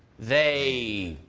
they